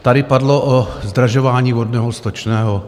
Tady padlo o zdražování vodného, stočného.